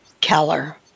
Keller